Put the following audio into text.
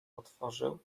otworzył